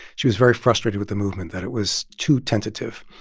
she was very frustrated with the movement that it was too tentative.